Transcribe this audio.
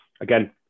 again